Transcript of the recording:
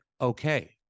okay